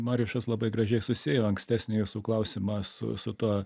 mariušas labai gražiai susiejo ankstesnį jūsų klausimą su su tuo